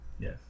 Yes